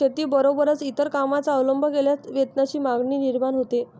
शेतीबरोबरच इतर कामांचा अवलंब केल्यास वेतनाची मागणी निर्माण होते